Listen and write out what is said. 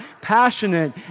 passionate